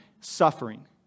suffering